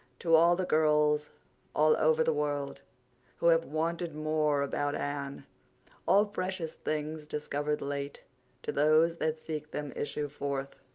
to all the girls all over the world who have wanted more about anne all precious things discovered late to those that seek them issue forth,